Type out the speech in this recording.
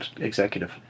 executive